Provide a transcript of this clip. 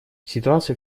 ситуация